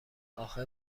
اخه